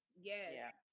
yes